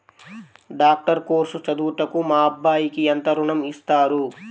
Doctor course చదువుటకు మా అబ్బాయికి ఎంత ఋణం ఇస్తారు?